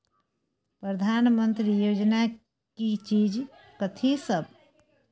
प्रधानमंत्री योजना की चीज कथि सब?